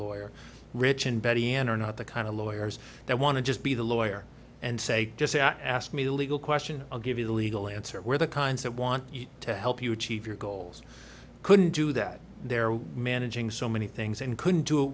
lawyer rich and betty and are not the kind of lawyers that want to just be the lawyer and say just ask me the legal question i'll give you the legal answer were the kinds that want to help you achieve your goals couldn't do that there were managing so many things and couldn't do it